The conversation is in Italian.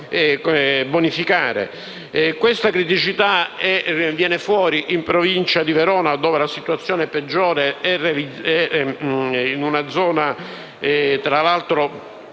Questa criticità viene fuori in Provincia di Verona, dove la situazione peggiore è in una zona, peraltro